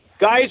guys